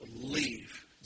believe